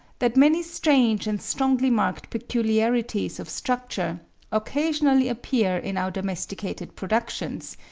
that many strange and strongly-marked peculiarities of structure occasionally appear in our domesticated productions,